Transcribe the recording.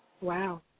Wow